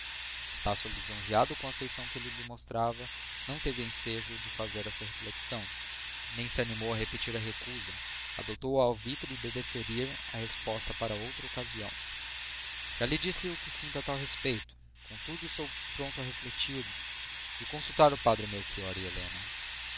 interesse estácio lisonjeado com a afeição que ele lhe mostrava não teve ensejo de fazer essa reflexão nem se animou a repetir a recusa adotou o alvitre de diferir a resposta para outra ocasião já lhe disse o que sinto a tal respeito contudo estou pronto a refletir e a consultar o padre melchior e helena